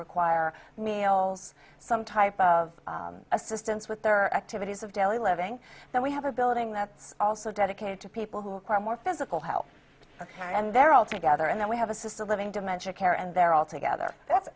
choir meals some type of assistance with their activities of daily living and we have a building that's also dedicated to people who are more physical health care and they're all together and then we have assisted living dementia care and they're all together that's